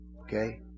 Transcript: Okay